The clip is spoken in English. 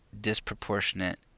disproportionate